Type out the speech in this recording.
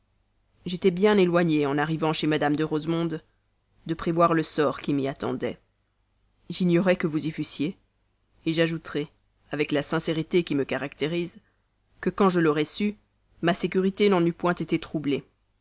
j'étais bien éloigné en arrivant chez mme de rosemonde de prévoir le sort qui m'y attendait j'ignorais que vous y fussiez j'ajouterai avec la sincérité qui me caractérise que quand je l'aurais su ma sécurité n'en eût point été troublée